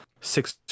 six